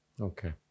Okay